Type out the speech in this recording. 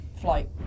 Flight